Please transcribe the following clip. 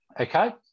Okay